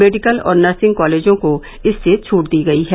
medical और nursing कॉलेजों को इससे छूट दी गई है